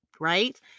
right